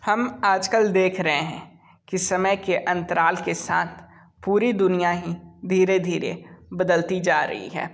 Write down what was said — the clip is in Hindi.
हम आजकल देख रहे हैं कि समय के अंतराल के साथ पूरी दुनिया ही धीरे धीरे बदलती जा रही है